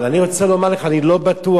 אבל אני רוצה לומר לך, אני לא בטוח,